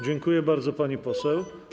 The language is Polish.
Dziękuję bardzo, pani poseł.